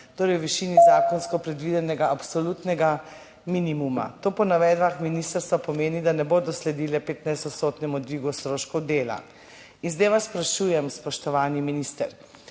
torej v višini zakonsko predvidenega absolutnega minimuma. To po navedbah ministrstva pomeni, da ne bodo sledile 15-odstotnemu dvigu stroškov dela. Zdaj vas sprašujem, spoštovani minister: